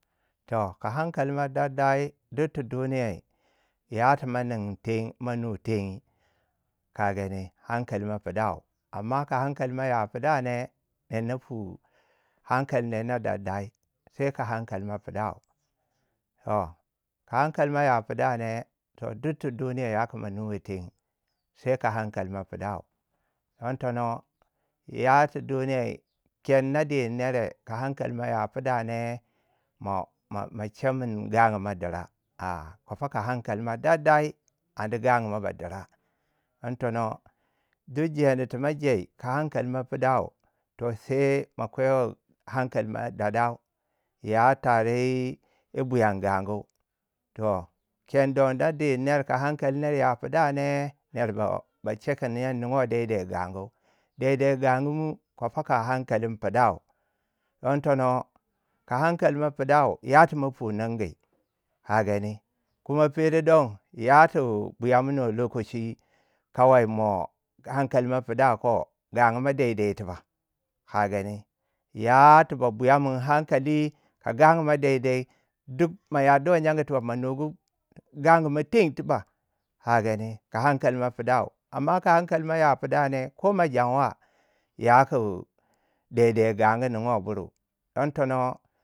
Toh ka hankali mo dandai duk tu duniyai ya ti ma nin teng ma nu teng ka gani hankali mau pidau. amma ka hankali mou ya pidau ne ner na pui. hankali ner ba dandai. sai ka hankali mai pidau. Toh ka hankali mo ya pdau ne. toh duk tu duniya yaku ma nuwei teng. sai ka hakali mau pidau. don tono yatu duniya ken naden nere, ka hankali mo ya pida ne mo ma chemin ganamau dira don tona duk jendi tu ma jei. ka hankali mo pidau, toh sai ma kweiwi ya toh kendor na din ner ka hankali ner ya pida ne, ner ba- ba ce kun yo ninguei dede gangu. Dede gan gamu kofo ka hankalin pidau don tono ka hankali mo pidau. yati ma pui ningi. Kagani kuma fero don yati buyaminiwu lokaci. kawai mo hankali mo pidau ko. gangu mo deidek tuba ka gani. ya tiba buyamin hankali ka gangu mo deidek. duk ma yarduwai gyengu tuba ma nugu gangumau ten tiba ka gani. Ka hankali mo pidau, amma ka hankali mo ya pidau ne, ko mo janwa. yaku dede gangu ninduwai buri don tono.